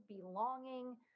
belonging